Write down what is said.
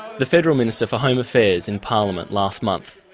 the federal minister for home affairs in parliament last month.